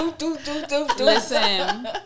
listen